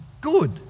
good